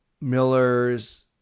Miller's